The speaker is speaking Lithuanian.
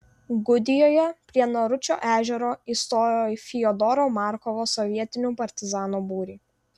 gudijoje prie naručio ežero įstojo į fiodoro markovo sovietinių partizanų būrį